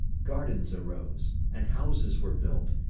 gardens arose, and houses were built,